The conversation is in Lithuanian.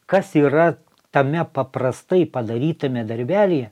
kas yra tame paprastai padarytame darbelyje